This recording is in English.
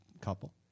couple